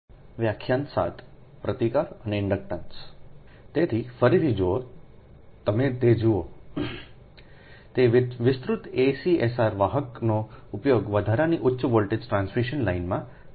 તે વિસ્તૃત ACSR વાહકનો ઉપયોગ વધારાની ઉચ્ચ વોલ્ટેજ ટ્રાન્સમિશન લાઇનમાં થાય છે